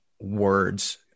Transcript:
words